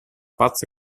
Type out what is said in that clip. pazza